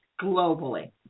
globally